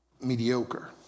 mediocre